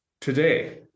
today